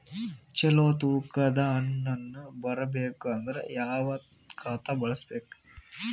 ಚಲೋ ತೂಕ ದ ಹಣ್ಣನ್ನು ಬರಬೇಕು ಅಂದರ ಯಾವ ಖಾತಾ ಬಳಸಬೇಕು?